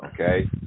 okay